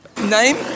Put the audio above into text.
Name